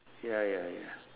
ya ya ya